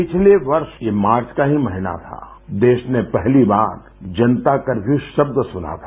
पिछले वर्ष ये मार्च का ही महीना था देश ने पहली बार जनता कर्फ्यू शब्द सुना था